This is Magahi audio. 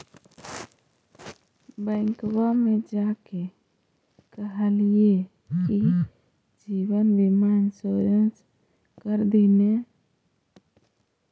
बैंकवा मे जाके मैनेजरवा के कहलिऐ कि जिवनबिमा इंश्योरेंस कर दिन ने?